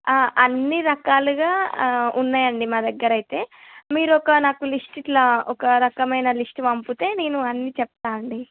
అన్ని రకాలుగా ఉన్నాయండి మా దగ్గర అయితే మీరు ఒక నాకు లిస్ట్ ఇట్లా ఒక రకమైన లిస్ట్ పంపితే నేను అన్ని చెప్తాను అండి